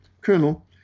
colonel